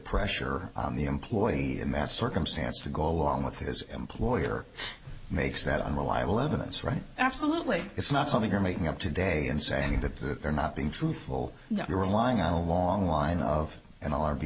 pressure on the employee in that circumstance to go along with his employer makes that unreliable evidence right absolutely it's not something you're making up today and saying that they're not being truthful now you're relying on a long line of an r